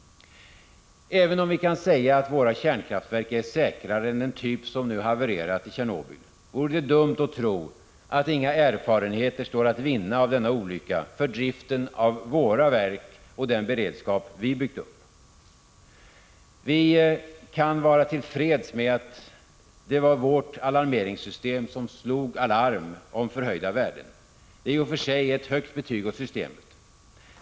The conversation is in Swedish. Även om vi kan säga att våra kärnkraftverk är säkrare än den typ som nu havererat i Tjernobyl, vore det dumt att tro att inga erfarenheter står att vinna av denna olycka för driften av våra verk och den beredskap vi byggt upp. Vi kan vara till freds med att det var vårt alarmeringssystem som slog alarm om förhöjda värden. Det är i och för sig ett högt betyg åt systemet.